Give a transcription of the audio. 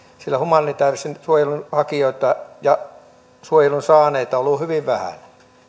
sillä humanitäärisen suojelun hakijoita ja suojelun saaneita on ollut hyvin vähän